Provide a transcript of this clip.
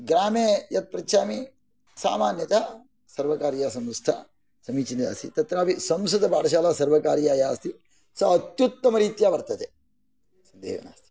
ग्रामे यत् पृच्छामि सामान्यतः सर्वकारीयसंस्था समीचीना आसीत् तत्रापि संस्कृतपाठशाला सर्वकारीया या अस्ति य सा अत्युत्तमरीत्या वर्तते सन्देहः नास्ति